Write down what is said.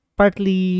partly